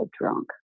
drunk